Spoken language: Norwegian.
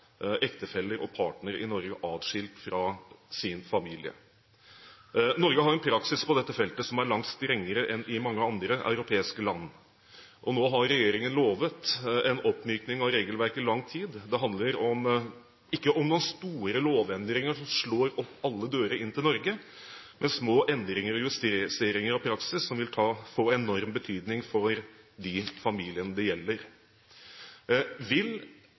ektefeller og partnere i Norge adskilt fra sin familie. Norge har en praksis på dette feltet som er langt strengere enn i mange andre europeiske land. Nå har regjeringen lovet en oppmykning av regelverket i lang tid. Det handler ikke om noen store lovendringer som slår opp alle dører inn til Norge. Det er små endringer og justeringer av praksis som vil få enorm betydning for de familiene det gjelder. Vil